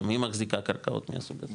גם היא מחזיקה קרקעות מהסוג הזה.